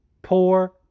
poor